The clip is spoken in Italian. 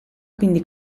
quindi